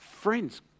friends